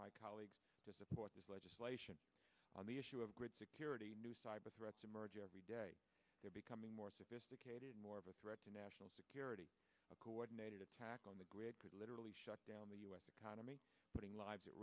my colleagues to support this legislation on the issue of grid security new cyber threats emerge every day becoming more sophisticated more of a threat to national security a coordinated attack on the grid could literally shut down the u s economy putting lives at